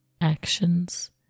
actions